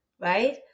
right